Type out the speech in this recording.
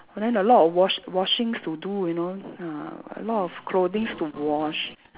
but then a lot of wash washings to do you know uh a lot of clothings to wash